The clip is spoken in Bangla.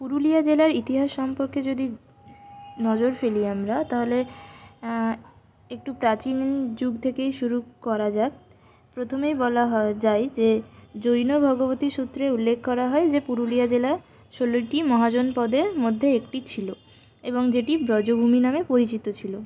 পুরুলিয়া জেলার ইতিহাস সম্পর্কে যদি নজর ফেলি আমরা তাহলে একটু প্রাচীন যুগ থেকেই শুরু করা যাক প্রথমেই বলা হয় যায় যে জৈন ভগবতী সূত্রে উল্লেখ করা হয় যে পুরুলিয়া জেলা ষোলোটি মহাজনপদের মধ্যে একটি ছিল এবং যেটি ব্রজমনি নামে পরিচিত ছিল